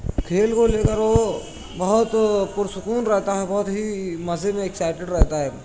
کھیل کو لے کر وہ بہت پر سکون رہتا ہے بہت ہی مزے میں اکسائیٹڈ رہتا ہے